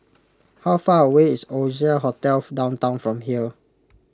how far away is Oasia Hotel Downtown from here